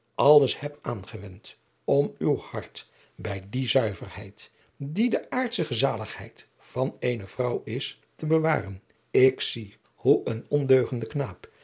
alles heb aangewend om uw hart bij die zuiverheid die de aardsche zaligheid van eene vrouw is te bewaren ik zie hoe een ondeugende knaap